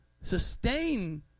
sustain